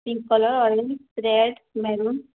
pink colour orange red maroon